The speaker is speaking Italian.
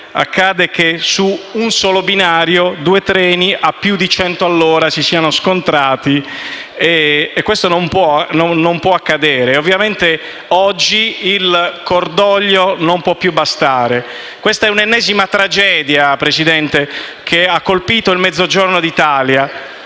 accade che su un solo binario due treni a più di cento chilometri all'ora si scontrino: questo non può accadere. Oggi il cordoglio non può più bastare. Questa è l'ennesima tragedia, signor Presidente, che ha colpito il Mezzogiorno d'Italia.